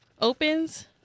Opens